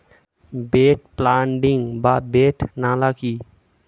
Bed planting বা bed নালা কি?